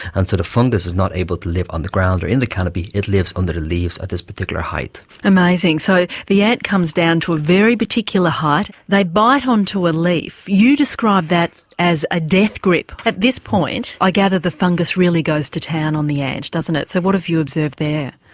and sort of fungus is not able to live on the ground or in the canopy, it lives under the leaves at this particular height. amazing, so the ant comes down to a very particular height, they bite on to a leaf, you describe that as a death grip. at this point i gather the fungus really goes to town on the ant doesn't it so what have you observed there?